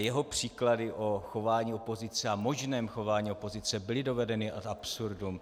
Ale jeho příklady o chování opozice a možném chování opozice byly dovedeny ad absurdum.